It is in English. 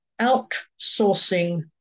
outsourcing